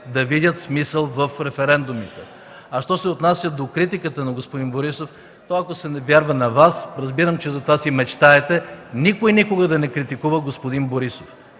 да видят смисъл в референдумите. Що се отнася до критиката на господин Борисов, то ако се вярва на Вас, разбирам, че за това си мечтаете – никой никога да не критикува господин Борисов.